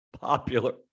popular